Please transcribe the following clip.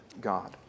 God